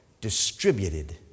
distributed